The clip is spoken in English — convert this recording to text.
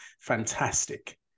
fantastic